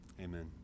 Amen